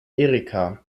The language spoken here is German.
erika